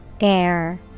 Air